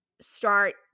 start